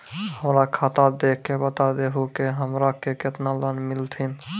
हमरा खाता देख के बता देहु के हमरा के केतना लोन मिलथिन?